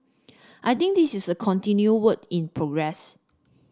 I think this is a continued work in progress